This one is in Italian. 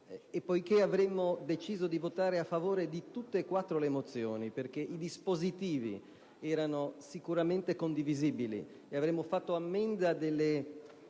E poiché avremmo deciso di votare a favore di tutte e quattro le mozioni, perché i dispositivi erano sicuramente condivisibili, e avremmo considerato